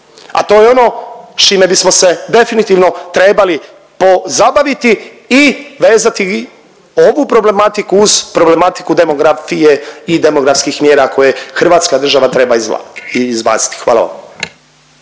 a to je ono s čime bismo se definitivno trebali pozabaviti i vezati ovu problematiku uz problematiku demografije i demografskih mjera koje hrvatska država treba izbaciti, hvala vam.